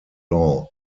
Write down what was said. law